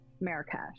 marrakesh